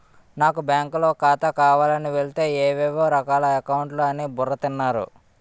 నాకు బాంకులో ఖాతా కావాలని వెలితే ఏవేవో రకాల అకౌంట్లు అని బుర్ర తిన్నారు